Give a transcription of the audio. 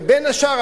ובין השאר,